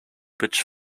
which